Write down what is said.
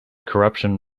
corruption